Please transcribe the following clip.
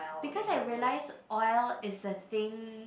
because I realise oil is the thing